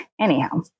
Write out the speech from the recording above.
Anyhow